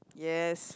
yes